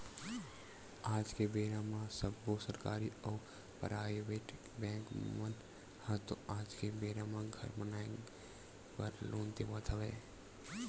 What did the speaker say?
आज के बेरा म सब्बो सरकारी अउ पराइबेट बेंक मन ह तो आज के बेरा म घर बनाए बर लोन देवत हवय